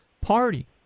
party